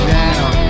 down